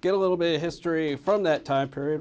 get a little bit of history from that time period